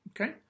okay